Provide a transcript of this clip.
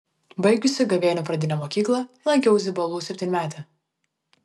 baigusi gavėnių pradinę mokyklą lankiau zibalų septynmetę